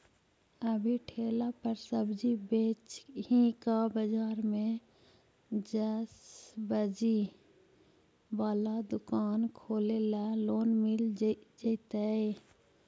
अभी ठेला पर सब्जी बेच ही का बाजार में ज्सबजी बाला दुकान खोले ल लोन मिल जईतै?